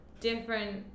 different